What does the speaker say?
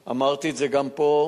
אמרתי את זה גם פה.